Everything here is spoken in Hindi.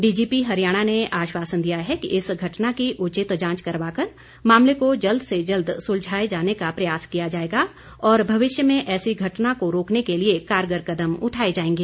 डीजीपी हरियाणा ने आश्वासन दिया है कि इस घटना की उचित जांच करवाकर मामले को जल्द से जल्द सुलझाए जाने का प्रयास किया जाएगा और भविष्य में ऐसी घटना को रोकने के लिए कारगर कदम उठाए जाएंगे